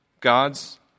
God's